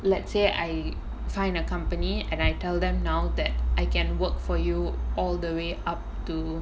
let's say I find a company and I tell them now that I can work for you all the way up to